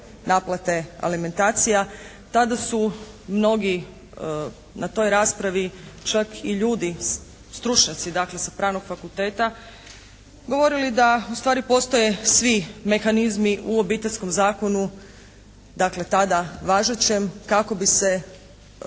naplate alimentacija. Tada su mnogi na toj raspravi čak i ljudi, stručnjaci dakle sa Pravnog fakulteta govorili ustvari da postoje svi mehanizmi u Obiteljskom zakonu dakle tada važećem, kako bi se